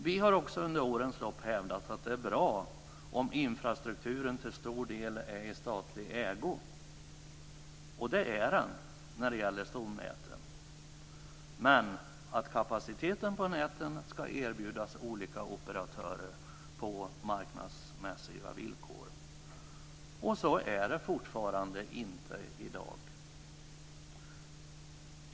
Vi har också under årens lopp hävdat att det är bra om infrastrukturen till stor del är i statlig ägo, och det är den när det gäller stomnäten. Men kapaciteten på näten ska erbjudas olika operatörer på marknadsmässiga villkor. Så är det fortfarande inte i dag.